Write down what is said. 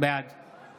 בעד